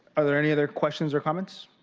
are there any other questions or comments?